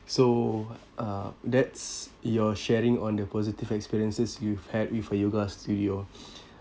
so uh that's your sharing on the positive experiences you've had with a yoga studio